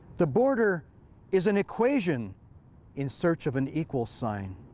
the border is an equation in search of an equals sign.